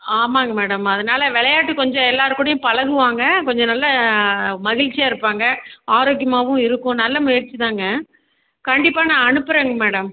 ஆமாங்க மேடம் அதனால விளையாட்டு கொஞ்சம் எல்லாேர் கூடேயும் பழகுவாங்க கொஞ்சம் நல்ல மகிழ்ச்சியாக இருப்பாங்க ஆரோக்கியமாகவும் இருக்கும் நல்ல முயற்சிதாங்க கண்டிப்பாக நான் அனுப்புகிறேங்க மேடம்